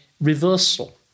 reversal